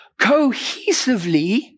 cohesively